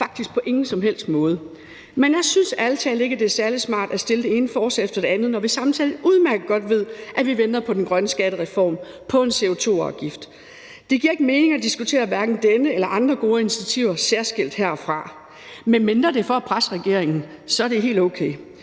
faktisk på ingen som helst måde – men jeg synes ærlig talt ikke, at det er særlig smart at fremsætte det ene forslag efter det andet om det her, når vi samtidig udmærket godt ved, at vi venter på den grønne skattereform, på en CO2-afgift. Det giver ikke mening at diskutere hverken denne eller andre gode initiativer særskilt herfra, medmindre det er for at presse regeringen – så er det helt okay.